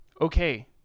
Okay